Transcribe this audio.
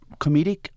comedic